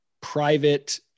private